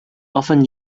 often